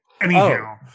Anyhow